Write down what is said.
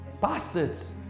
Bastards